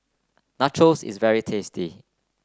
Nachos is very tasty